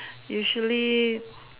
usually